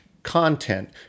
content